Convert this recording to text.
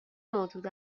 موجود